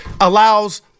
Allows